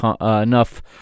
enough